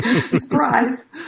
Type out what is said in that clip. Surprise